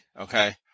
Okay